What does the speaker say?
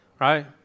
right